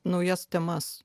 naujas temas